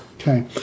Okay